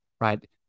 right